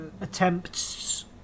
attempts